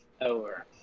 Over